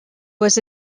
was